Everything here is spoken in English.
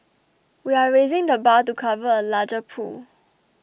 we are raising the bar to cover a larger pool